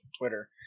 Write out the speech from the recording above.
Twitter